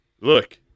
look